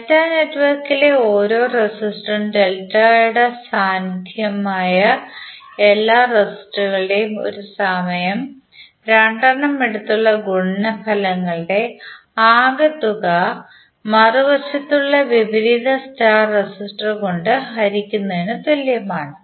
delta നെറ്റ്വർക്കിലെ ഓരോ റെസിസ്റ്ററും ഡെൽറ്റ സാധ്യമായ എല്ലാ റെസിസ്റ്ററുകളുടെയും ഒരു സമയം രണ്ടെണ്ണം എടുത്തുള്ള ഗുണന ഫലങ്ങളുടെ ആക തുക മറു വശത്തുള്ള വിപരീത സ്റ്റാർ റെസിസ്റ്റർ കൊണ്ട് ഹരിക്കുന്നത് തുല്യമാണ്